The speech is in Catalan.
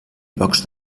blocs